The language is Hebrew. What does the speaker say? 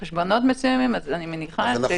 לחשבונות מסוימים אז אני מניחה --- אז זה מה שצריך לעשות.